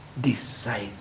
decide